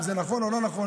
אם זה נכון או לא נכון,